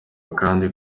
kandi